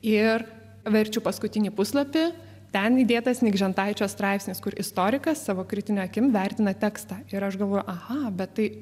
ir verčiu paskutinį puslapį ten įdėtas nikžentaičio straipsnis kur istorikas savo kritine akim vertina tekstą ir aš galvoju aha bet tai